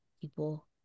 people